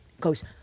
goes